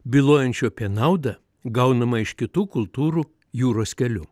bylojančių apie naudą gaunamą iš kitų kultūrų jūros keliu